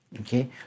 okay